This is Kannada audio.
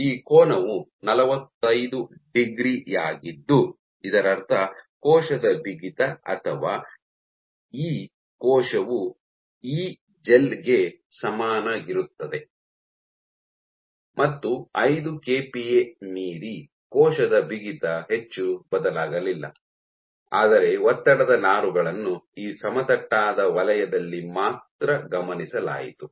ಈ ಕೋನವು ನಲವತ್ತೈದು ಡಿಗ್ರಿ ಯಾಗಿದ್ದು ಇದರರ್ಥ ಕೋಶದ ಬಿಗಿತ ಅಥವಾ ಇ ಕೋಶವು ಇ ಜೆಲ್ ಗೆ ಸಮನಾಗಿರುತ್ತದೆ ಮತ್ತು ಐದು ಕೆಪಿಎ ಮೀರಿ ಕೋಶದ ಬಿಗಿತ ಹೆಚ್ಚು ಬದಲಾಗಲಿಲ್ಲ ಆದರೆ ಒತ್ತಡದ ನಾರುಗಳನ್ನು ಈ ಸಮತಟ್ಟಾದ ವಲಯದಲ್ಲಿ ಮಾತ್ರ ಗಮನಿಸಲಾಯಿತು